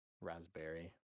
raspberry